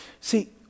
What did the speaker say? See